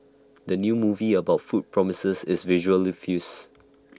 the new movie about food promises is visually feast